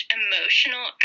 emotional